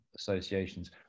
Associations